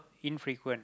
infrequent